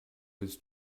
was